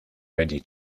ready